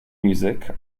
music